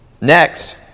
next